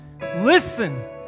listen